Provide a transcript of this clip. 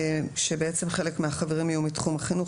כתוב כאן "בהתאם להוראות החשב הכללי".